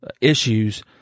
issues